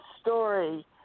story